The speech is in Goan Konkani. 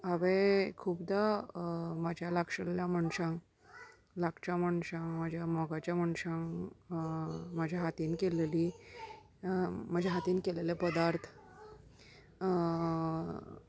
हांवें खुबदां म्हज्या लागशिल्ल्या मनशांक लागच्या मनशांक म्हज्या मोगाच्या मनशांक म्हज्या हातीन केल्लेलीं म्हज्या हातीन केलेले पदार्थ